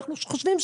אנחנו חושבים,